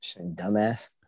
Dumbass